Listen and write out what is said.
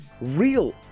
real